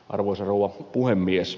arvoisa rouva puhemies